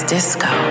Disco